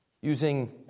using